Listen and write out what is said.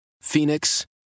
Phoenix